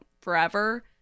forever